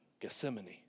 Gethsemane